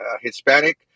Hispanic